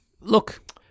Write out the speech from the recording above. Look